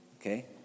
Okay